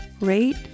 rate